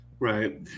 Right